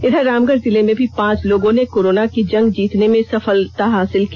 इधर रामगढ़ जिले में भी पांच लोगों ने कोरोना की जंग जीतने में सफलता हासिल की